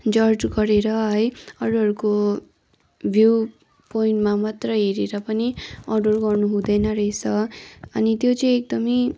जज गरेर है अरूहरूको भ्यू पाइन्टमा मात्रै हेरेर पनि अर्डर गर्नु हुँदैन रहेछ अनि त्यो चाहिँ एकदमै